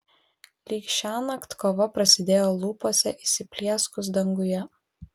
lyg šiąnakt kova prasidėjo lūpose įsiplieskus danguje